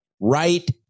right